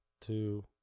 two